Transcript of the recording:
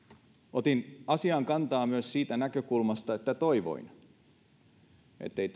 otin asiaan kantaa myös siitä näkökulmasta että toivoin ettei